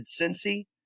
Cincy